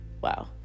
Wow